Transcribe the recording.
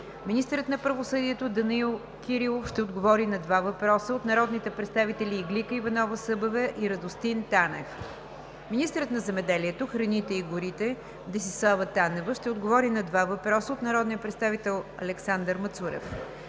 министърът на правосъдието Данаил Кирилов ще отговори на два въпроса от народните представители Иглика Иванова Събева и Радостин Танев; - министърът на земеделието, храните и горите Десислава Танева ще отговори на два въпроса от народния представител Александър Мацурев;